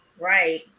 Right